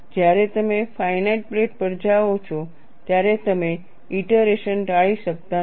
જ્યારે તમે finite plate પર જાઓ છો ત્યારે તમે ઇટરેશન ટાળી શકતા નથી